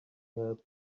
help